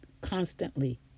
constantly